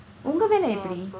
உங்க வேலை எப்படி:ungka veelai eppadi